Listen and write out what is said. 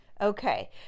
Okay